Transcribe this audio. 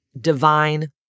divine